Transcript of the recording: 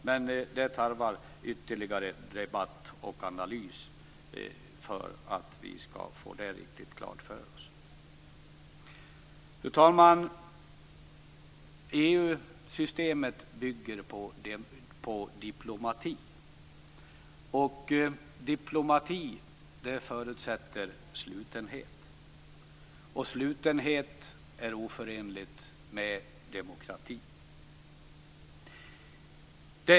Men det tarvar ytterligare debatt och analys för att vi skall kunna få det riktigt klart för oss. Fru talman! EU-systemet bygger på diplomati. Diplomati förutsätter slutenhet, och slutenhet är oförenligt med demokrati.